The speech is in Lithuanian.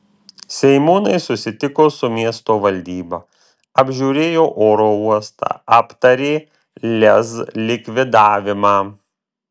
seimūnai susitiko su miesto valdyba apžiūrėjo oro uostą aptarė lez likvidavimą